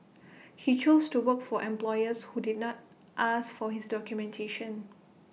he chose to work for employers who did not ask for his documentation